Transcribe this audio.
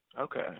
Okay